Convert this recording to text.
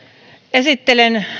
esittelen